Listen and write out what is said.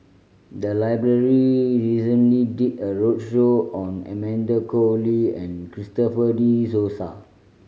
the library recently did a roadshow on Amanda Koe Lee and Christopher De